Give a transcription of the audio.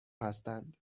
هستند